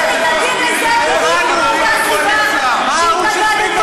אתם מתנגדים לזה בדיוק מאותה סיבה שהתנגדתם,